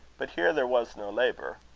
but here there was no labour.